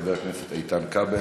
חבר הכנסת איתן כבל,